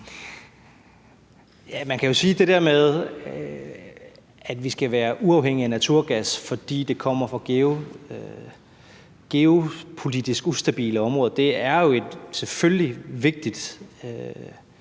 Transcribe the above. at det der med, at vi skal være uafhængige af naturgas, fordi det kommer fra geopolitisk ustabile områder, jo selvfølgelig er et vigtigt